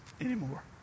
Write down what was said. anymore